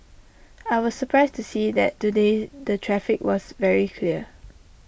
I was surprised to see that today the traffic was very clear